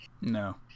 No